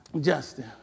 Justin